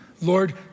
Lord